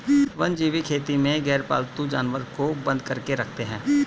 वन्यजीव खेती में गैरपालतू जानवर को बंद करके रखते हैं